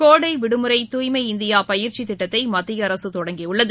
கோடை விடுமுறை தூய்மை இந்தியா பயிற்சி திட்டத்தை மத்திய அரசு தொடங்கியுள்ளது